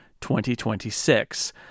2026